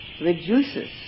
reduces